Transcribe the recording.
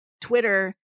Twitter